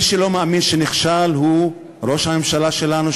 מי שלא מאמין בכך שנכשל הוא ראש הממשלה שלנו,